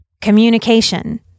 Communication